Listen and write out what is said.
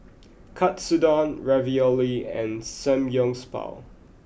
Katsudon Ravioli and Samgyeopsal